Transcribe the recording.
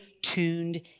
tuned